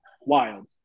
wild